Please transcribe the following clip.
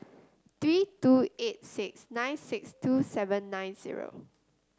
three two eight six nine six two seven nine zero